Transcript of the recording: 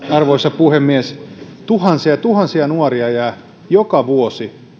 arvoisa puhemies tuhansia ja tuhansia nuoria jää joka vuosi